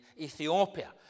Ethiopia